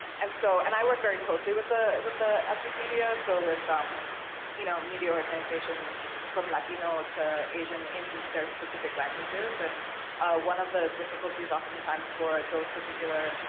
and so, and i work very closely with the with the ethnic media. so with, um you know, media organizations from latino to asian in their specific languages, and one of the difficulties often times for those particular,